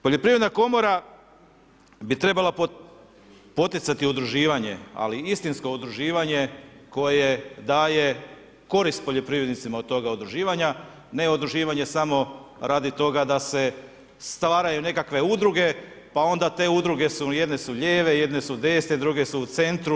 Poljoprivredna komora bi trebala poticati udruživanje, ali istinsko udruživanje koje daje korist poljoprivrednicima od toga udruživanja, ne udruživanje samo radi toga da se stvaraju nekakve udruge pa onda te udruge, jedne su lijeve, jedne su desne, druge su u centru.